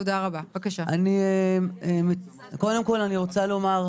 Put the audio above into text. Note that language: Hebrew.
קודם כל,